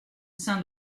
sein